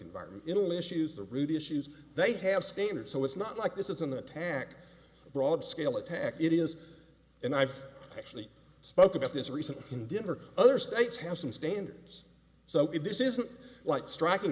environment in the issues the really issues they have standards so it's not like this is an attack broad scale attack it is and i've actually spoke about this recently in denver other states have some standards so if this isn't like striking